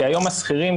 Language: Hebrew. כי היום השכירים,